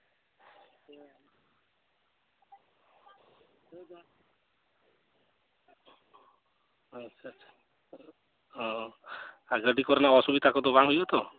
ᱟᱪᱪᱷᱟ ᱟᱪᱪᱷᱟ ᱚ ᱟᱨ ᱜᱟᱹᱰᱤ ᱠᱚᱨᱮᱱᱟᱜ ᱫᱚ ᱵᱟᱝ ᱦᱩᱭᱩᱜᱼᱟ ᱛᱚ